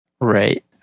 Right